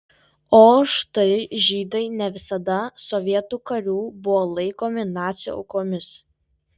o štai žydai ne visada sovietų karių buvo laikomi nacių aukomis